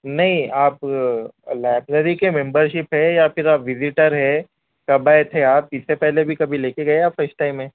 نہیں آپ لائبریری کے ممبر شپ ہے یا پھر آپ وزیٹر ہیں کب آئے تھے آپ اس سے پہلے بھی کبھی لے کے گئے یا فسٹ ٹائم ہے